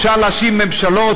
אפשר להאשים ממשלות,